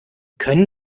können